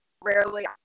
rarely